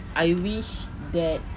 I wish that